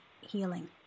healing